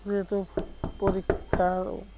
যিহেতু পৰীক্ষা আৰু